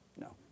No